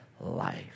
life